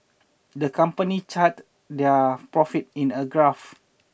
the company chart their profits in a graph